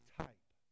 type